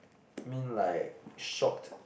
mean like shocked